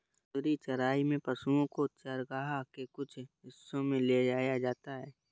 घूर्णी चराई में पशुओ को चरगाह के कुछ हिस्सों में ले जाया जाता है